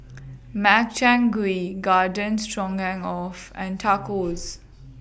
Makchang Gui Garden Stroganoff and Tacos